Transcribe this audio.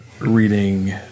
reading